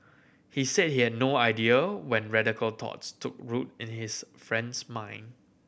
he said he had no idea when radical thoughts took root in his friend's mind